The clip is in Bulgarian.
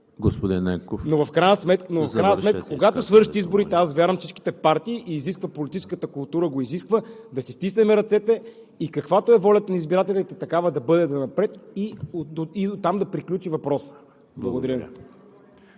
Но в крайна сметка, когато свършат изборите, аз вярвам във всичките партии, и политическата култура го изисква, да си стиснем ръцете и каквато е волята на избирателите, такава да бъде занапред, и дотам да приключи въпросът. Благодаря Ви.